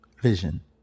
Vision